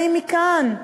באים מכאן,